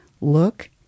look